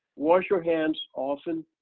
wash your hands often